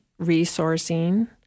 resourcing